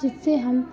जिससे हम